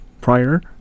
prior